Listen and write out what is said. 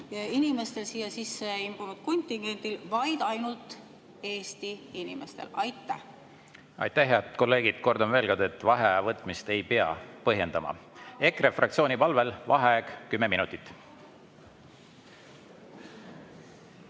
inimestel, siia sisse imbunud kontingendil, vaid ainult Eesti inimestel. Aitäh, head kolleegid! Kordan veel kord, et vaheaja võtmist ei pea põhjendama. EKRE fraktsiooni palvel vaheaeg kümme minutit.V